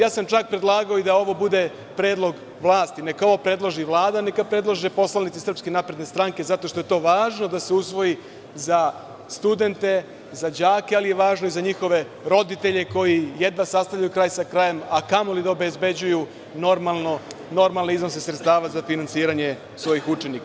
Čak sam predlagao da ovo bude predlog vlasti, neka ovo predloži Vlada, neka predlože poslanici SNS zato što je to važno da se usvoji za studente, za đake, ali je važno i za njihove roditelje koji jedva sastavljaju kraj sa krajem, a kamo li da obezbeđuju normalne iznose sredstava za finansiranje svojih učenika.